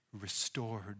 restored